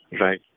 Right